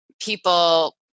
people